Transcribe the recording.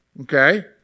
okay